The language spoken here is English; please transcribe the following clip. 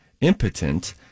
impotent